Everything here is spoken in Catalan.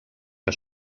que